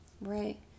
Right